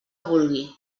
vulgui